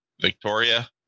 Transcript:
Victoria